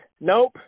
Nope